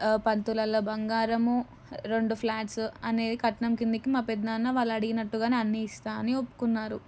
పది తులాల బంగారము రెండు ఫ్లాట్స్ అనేవి కట్నం క్రిందికి మా పెద్దనాన్న వాళ్ళు అడిగినట్టుగానే అన్నీ ఇస్తా అని ఒప్పుకున్నారు